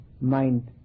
mind